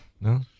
No